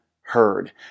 heard